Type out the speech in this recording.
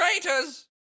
traitors